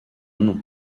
nom